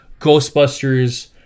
Ghostbusters